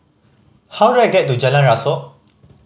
how do I get to Jalan Rasok